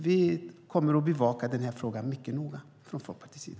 Vi kommer att bevaka den här från mycket noga från Folkpartiets sida.